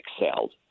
excelled